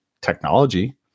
technology